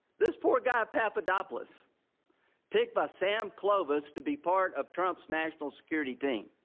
this poor guy papadopoulos picked by sam clovis to be part of trump's national security team.